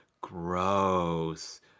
gross